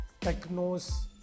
technos